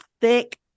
thick